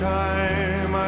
time